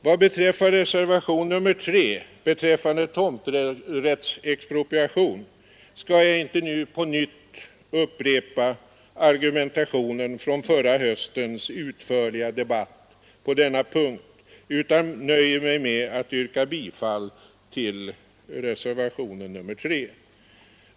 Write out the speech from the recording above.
Vad beträffar tomträttsexpropriation skall jag inte nu på nytt upprepa argumentationen från förra höstens utförliga debatt på denna punkt utan nöjer mig med att yrka bifall till reservationen 3.